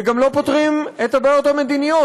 גם לא פותרים את הבעיות המדיניות,